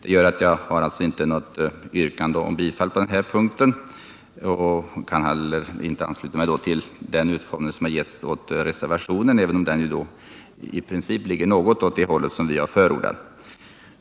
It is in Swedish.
Det gör att jag inte framställer något bifallsyrkande på denna punkt, men jag kan inte heller ansluta mig till hithörande reservation, även om den givits en sådan utformning att den i princip går åt det håll som vi förordat.